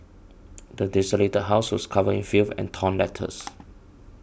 the desolated house was covered in filth and torn letters